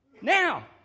Now